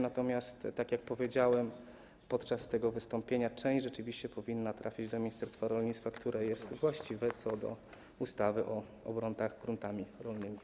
Natomiast tak jak powiedziałem podczas tego wystąpienia, część pytań rzeczywiście powinna trafić do ministerstwa rolnictwa, które jest właściwe, jeśli chodzi o ustawę o obrotach gruntami rolnymi.